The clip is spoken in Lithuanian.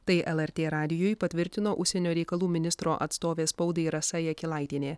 tai lrt radijui patvirtino užsienio reikalų ministro atstovė spaudai rasa jakilaitienė